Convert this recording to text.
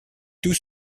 tous